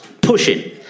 pushing